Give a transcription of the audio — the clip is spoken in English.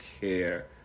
care